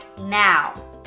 now